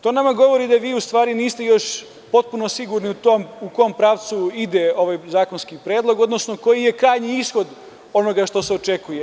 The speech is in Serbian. To nama govori da vi u stvari niste još potpuno sigurni u kom pravcu ide ovaj zakonski predlog, odnosno koji je krajnji ishod onoga što se očekuje.